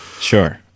Sure